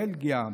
בלגיה,